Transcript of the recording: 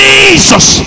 Jesus